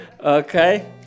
Okay